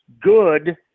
good